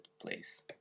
place